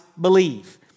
believe